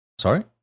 Sorry